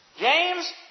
James